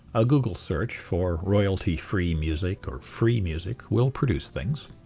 a google search for royalty-free music, or free music, will produce things